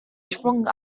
sprung